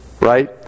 right